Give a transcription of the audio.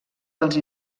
dels